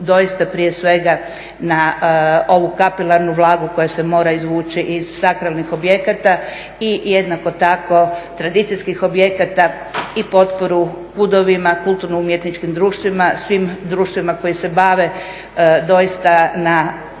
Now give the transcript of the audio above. doista prije svega na ovu kapilarnu Vladu koja se mora izvući iz sakralnih objekata i jednako tako tradicijskih objekata i potporu kudovima, kulturno-umjetničkim društvima, svim društvima koji se bave doista na